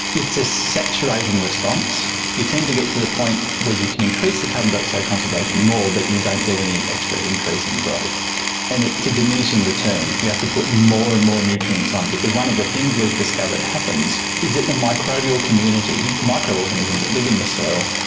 it's a saturating response. you tend to get to the point where you can increase the carbon dioxide concentration more but you don't get any extra increase in growth and it's a diminishing return, you have to put more and more nutrients on because one of the things we've discovered happens is that the microbial community, micro organisms that live in the soil,